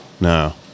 No